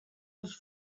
als